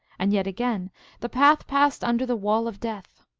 and yet again the path passed under the wall of death.